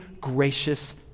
gracious